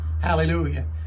Hallelujah